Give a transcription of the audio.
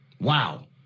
Wow